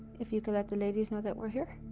if you could let the ladies know that we're here.